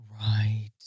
Right